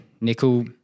nickel